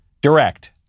direct